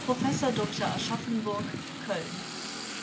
aschaffenburg köln